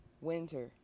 winter